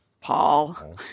Paul